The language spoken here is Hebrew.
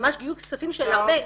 ממש גיוס כספים של הרבה,